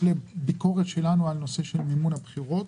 לביקורת שלנו על נושא של מימון הבחירות,